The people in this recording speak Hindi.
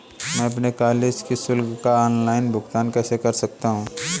मैं अपने कॉलेज की शुल्क का ऑनलाइन भुगतान कैसे कर सकता हूँ?